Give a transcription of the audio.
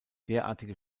derartige